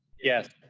yes.